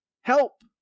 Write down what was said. help